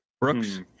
Brooks